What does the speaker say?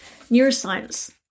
neuroscience